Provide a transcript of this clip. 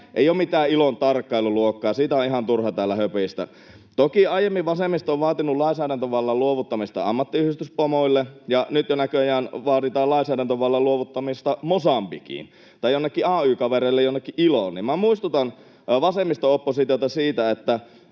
Ei ole mitään ILOn tarkkailuluokkaa. Siitä on ihan turha täällä höpistä. Toki aiemmin vasemmisto on vaatinut lainsäädäntövallan luovuttamista ammattiyhdistyspomoille, ja nyt jo näköjään vaaditaan lainsäädäntövallan luovuttamista Mosambikiin tai joillekin ay-kavereille jonnekin ILOon. Minä muistutan vasemmisto-oppositiota siitä,